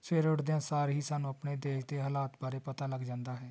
ਸਵੇਰੇ ਉੱਠਦਿਆਂ ਸਾਰ ਹੀ ਸਾਨੂੰ ਆਪਣੇ ਦੇਸ਼ ਦੇ ਹਾਲਾਤ ਬਾਰੇ ਪਤਾ ਲੱਗ ਜਾਂਦਾ ਹੈ